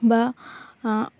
বা